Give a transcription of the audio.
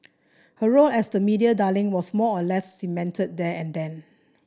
her role as the media darling was more or less cemented there and then